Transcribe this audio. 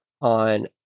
on